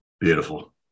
Beautiful